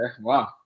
wow